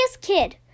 kid